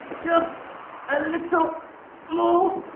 just a little more,